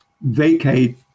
vacate